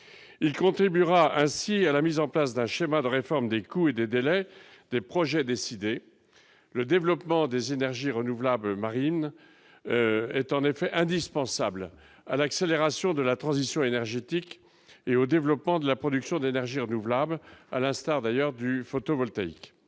il contribuera ainsi à la mise en place d'un schéma de réforme des coups et des délais, des projets décidés le développement des énergies renouvelables marines est en effet indispensable à l'accélération de la transition énergétique et au développement de la production d'énergies renouvelables, à l'instar d'ailleurs du photovoltaïque,